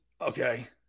Okay